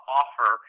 offer